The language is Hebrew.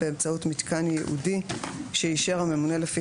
באמצעות מיתקן ייעודי שאישר הממונה לפי